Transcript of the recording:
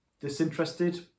disinterested